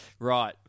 Right